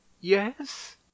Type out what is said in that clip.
yes